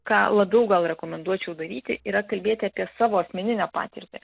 ką labiau gal rekomenduočiau daryti yra kalbėti apie savo asmeninę patirtį